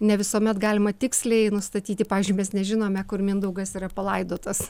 ne visuomet galima tiksliai nustatyti pavyzdžiui mes nežinome kur mindaugas yra palaidotas